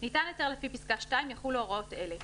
(5)ניתן היתר לפי פסקה (2) יחולו הוראות אלה: